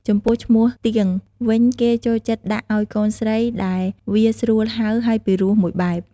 ចំពោះឈ្មោះទៀងវិញគេចូលចិត្តដាក់អោយកូនស្រីដែរវាស្រួលហៅហើយកពិរោះមួយបែប។